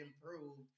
improved